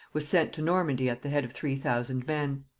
was sent to normandy at the head of three thousand men.